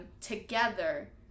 together